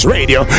Radio